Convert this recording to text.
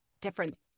different